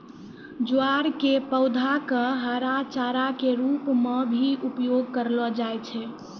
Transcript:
ज्वार के पौधा कॅ हरा चारा के रूप मॅ भी उपयोग करलो जाय छै